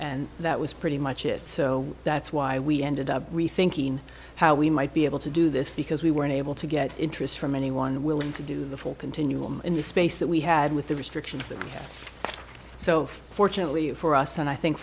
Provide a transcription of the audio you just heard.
and that was pretty much it so that's why we ended up rethinking how we might be able to do this because we weren't able to get interest from anyone willing to do the full continuum in the space that we had with the restrictions so fortunately for us and i think